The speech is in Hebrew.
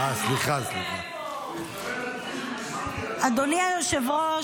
סליחה, אדוני היושב-ראש.